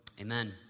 Amen